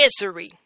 Misery